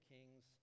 Kings